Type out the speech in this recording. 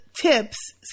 tips